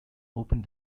opened